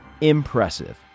Impressive